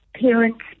parents